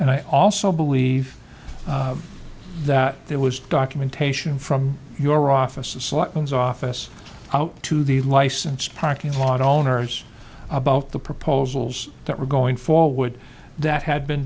and i also believe that there was documentation from your offices one's office out to the license parking lot owners about the proposals that were going forward that had been